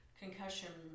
concussion